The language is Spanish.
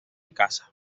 caza